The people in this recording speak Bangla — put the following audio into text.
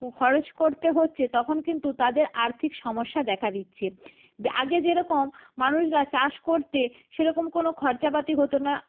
খরচ করতে হচ্চে তখন কিন্তু তাদের আর্থিক সমস্যা দেখা দিচ্ছে আগে যেরকম মানুষরা চাষ করতে সেরকম কোনো খরচাপাতি হতো না